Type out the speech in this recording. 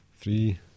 Three